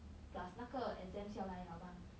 plus 那个 exams 要来 liao mah